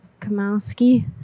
Kamowski